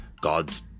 God's